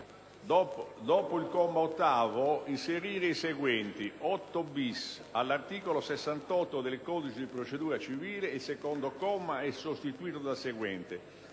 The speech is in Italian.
Dopo il comma 8, inserire i seguenti: «8-bis. All’articolo 68 del codice di procedura civile, il secondo comma e` sostituito dal seguente: